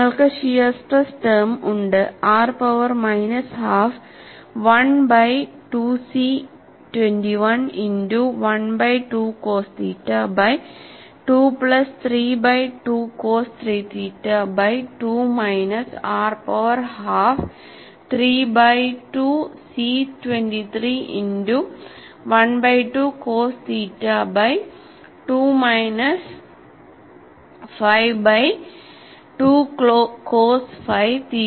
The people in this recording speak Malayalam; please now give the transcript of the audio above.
നിങ്ങൾക്ക് ഷിയർ സ്ട്രെസ് ടേം ഉണ്ട് r power minus half 1 by 2 C 21 into 1 by 2 cos theta by 2 plus 3 by two cos 3 theta by 2 minus r power half 3 by 2 C 23ഇന്റു 1 by 2 cos theta by 2 minus 5 by 2 cos 5 theta by 2